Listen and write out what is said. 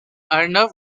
arnav